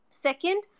Second